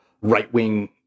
right-wing